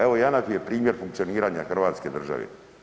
Evo Janaf je primjer funkcioniranja Hrvatske države.